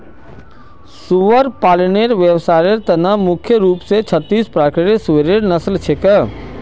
सुअर पालनेर व्यवसायर त न मुख्य रूप स छत्तीस प्रकारेर सुअरेर नस्ल छेक